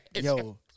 Yo